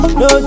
no